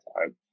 time